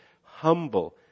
humble